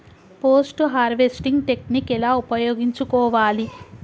Post harvesting technique ఎలా ఉపయోగించుకోవాలి?